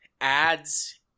ads